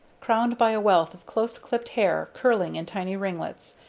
crowned by a wealth of close-clipped hair curling in tiny ringlets,